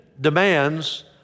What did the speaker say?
demands